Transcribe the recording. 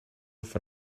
for